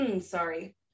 sorry